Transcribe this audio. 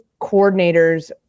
coordinators